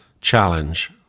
challenge